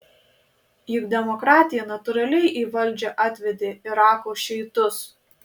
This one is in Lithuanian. juk demokratija natūraliai į valdžią atvedė irako šiitus